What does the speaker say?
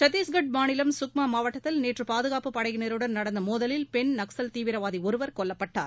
சத்தீஸ்கர் மாநிலம் சுக்மா மாவட்டத்தில் நேற்று பாதுகாப்புப் படையினருடன் நடந்த மோதிலில் பெண் நக்சல் தீவிரவாதி ஒருவர் கொல்லப்பட்டார்